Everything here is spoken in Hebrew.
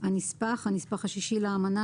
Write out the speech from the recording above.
"הנספח" הנספח השישי לאמנה,